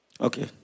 Okay